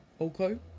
okay